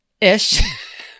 ish